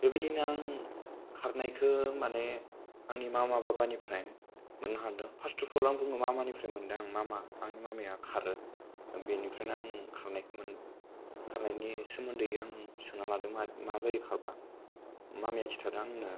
बेबायदिनो आं खारनायखौ माने आंनि मा बाबानिफ्राय मोननो हादों फार्सटाव आं बुङो मामानिफ्रायि आंनि मामाया खारो बेनिफ्रायनो आं खारनायमोन खारनायनि सोमोन्दै आं सोंना लादों आं मा जायो खारोबा मामाया खिथादों आंनो